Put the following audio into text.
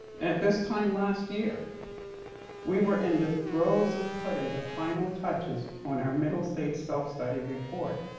at this time last year we were in the throes of putting the final touches on our middle states self study report,